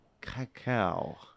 Cacao